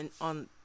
on